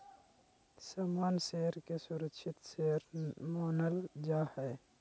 सामान्य शेयर के सुरक्षित शेयर मानल जा हय